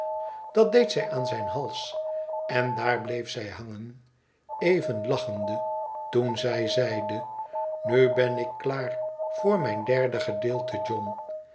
dat deed zij aan zijn hals en daar bleef zij hangen even lachende toen zij zeide nu ben ik klaar voor mijn derde gedeelte john